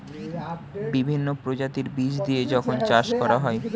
বিভিন্ন প্রজাতির বীজ দিয়ে যখন চাষ করা হয়